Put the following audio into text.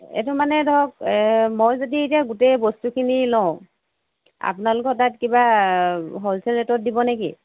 এইটো মানে ধৰক মই যদি এতিয়া গোটেই বস্তুখিনি লওঁ আপোনালোকৰ তাত কিবা হ'লচেল ৰেটত দিব নেকি